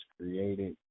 created